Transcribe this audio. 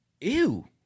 Ew